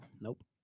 Nope